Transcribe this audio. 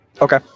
Okay